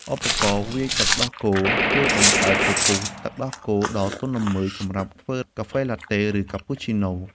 ឧបករណ៍វាយទឹកដោះគោ ជួយបង្កើតពពុះទឹកដោះគោដ៏ទន់ល្មើយសម្រាប់ធ្វើកាហ្វេឡាតេ ឬកាពូឈីណូ។